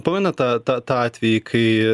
pamenat tą tą tą atvejį kai